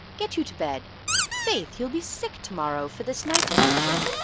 get you to bed faith, you'll be sick to-morrow for this night's watching.